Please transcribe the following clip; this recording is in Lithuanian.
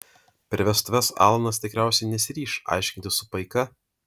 per vestuves alanas tikriausiai nesiryš aiškintis su paika